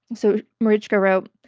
so marichka wrote,